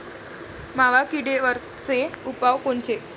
मावा किडीवरचे उपाव कोनचे?